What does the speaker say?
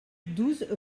douze